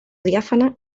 diàfana